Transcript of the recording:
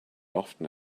often